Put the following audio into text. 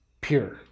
pure